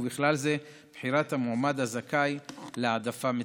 ובכלל זה בחירת המועמד הזכאי להעדפה מתקנת.